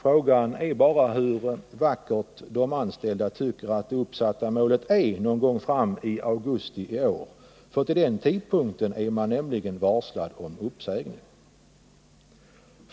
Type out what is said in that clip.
Frågan är bara hur vackert de anställda tycker att det uppsatta målet är någon gång i augusti i år. Man har nämligen varslats om uppsägning